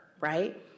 right